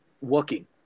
working